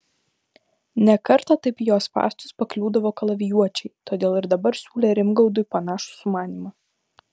ne kartą taip į jo spąstus pakliūdavo kalavijuočiai todėl ir dabar siūlė rimgaudui panašų sumanymą